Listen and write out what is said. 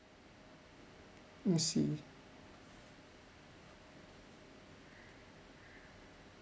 I see